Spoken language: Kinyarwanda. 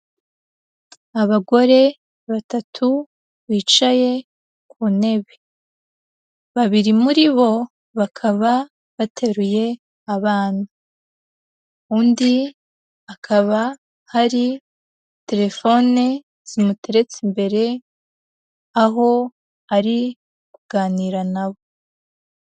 Abagore batatu bicaye ku ntebe, babiri muri bo bakaba bateruye abana, undi hakaba hari terefone zimuteretse imbere, aho ari kuganira na bo.